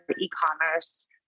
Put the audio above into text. e-commerce